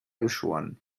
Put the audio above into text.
geschoren